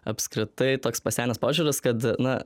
apskritai toks pasenęs požiūris kad na